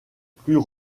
plus